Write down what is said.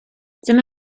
dyma